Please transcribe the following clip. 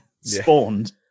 spawned